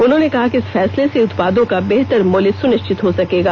उन्होंने कहा कि इस फैसले से उत्पादों का बेहतर मूल्य सुनिश्चित हो सकेगा